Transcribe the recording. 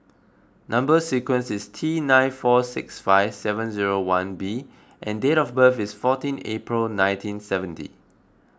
Number Sequence is T nine four six five seven zero one B and date of birth is fourteen April nineteen seventy